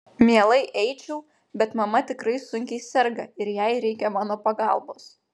mielai eičiau bet mama tikrai sunkiai serga ir jai reikia mano pagalbos